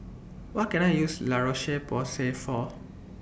What Can I use La Roche Porsay For